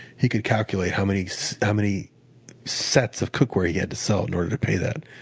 he could calculate how many how many sets of cookware he had to sell in order to pay that,